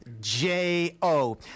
J-O